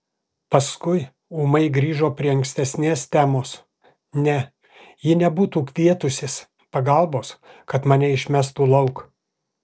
paskui ūmai grįžo prie ankstesnės temos ne ji nebūtų kvietusis pagalbos kad mane išmestų lauk